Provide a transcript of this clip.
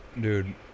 Dude